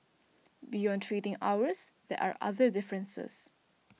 beyond trading hours there are other differences